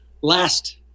Last